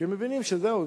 כי הם מבינים שזהו,